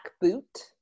boot